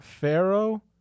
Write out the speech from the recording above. pharaoh